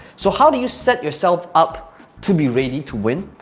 so how do you set yourself up to be ready to win.